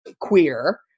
queer